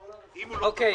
אם הוא לא תבע